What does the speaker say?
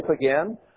again